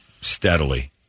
steadily